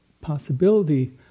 possibility